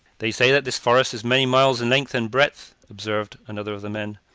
they say that this forest is many miles in length and breadth, observed another of the men,